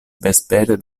vespere